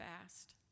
fast